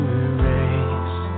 erase